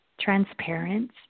transparent